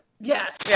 Yes